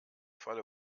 falle